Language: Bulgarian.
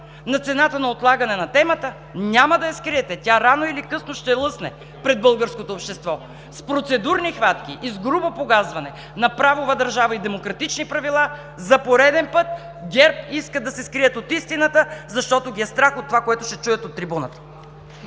на цената на отлагане на темата? Няма да я скриете! Тя рано или късно ще лъсне пред българското общество! С процедурни хватки и с грубо погазване на правова държава и демократични правила за пореден път ГЕРБ искат да се скрият от истината, защото ги е страх от това, което ще чуят от трибуната.